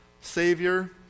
Savior